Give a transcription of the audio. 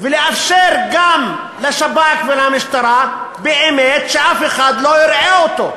ולאפשר גם לשב"כ ולמשטרה באמת שאף אחד לא יראה אותו.